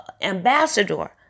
ambassador